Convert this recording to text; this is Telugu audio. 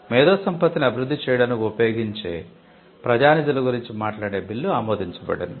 మేధో సంపత్తిని అభివృద్ధి చేయడానికి ఉపయోగించే ప్రజా నిధుల గురించి మాట్లాడే బిల్లు ఆమోదించబడింది